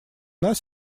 нас